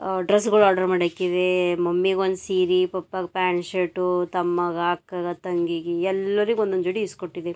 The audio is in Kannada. ಡ್ರೆಸ್ಗಳ್ ಆರ್ಡರ್ ಮಾಡಿಕ್ಕಿದೆ ಮಮ್ಮಿಗೆ ಒಂದು ಸೀರೆ ಪಪ್ಪಗೆ ಪ್ಯಾಂಟ್ ಶರ್ಟು ತಮ್ಮಂಗ ಅಕ್ಕಂಗ ತಂಗಿಗೆ ಎಲ್ಲರಿಗೆ ಒನ್ನೊಂದು ಜೋಡಿ ಇಸ್ ಕೊಟ್ಟಿದೆ